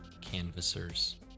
canvassers